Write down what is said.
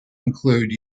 include